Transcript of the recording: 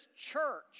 church